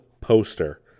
poster